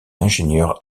ingénieur